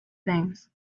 things